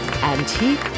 Antique